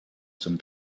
some